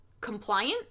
compliant